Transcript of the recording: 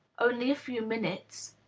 only a few minutes.